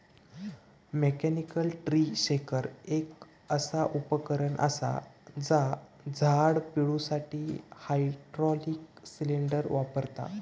mechanical tree shaker एक असा उपकरण असा जा झाड पिळुसाठी हायड्रॉलिक सिलेंडर वापरता